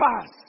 pass